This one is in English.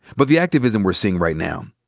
but the activism we're seeing right now,